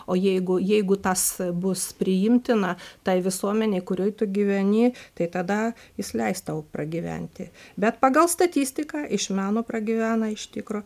o jeigu jeigu tas bus priimtina tai visuomenei kurioj tu gyveni tai tada jis leis tau pragyventi bet pagal statistiką iš meno pragyvena iš tikro